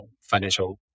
financial